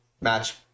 match